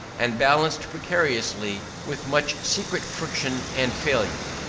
and balanced precariously, with much secret friction and failure.